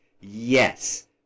Yes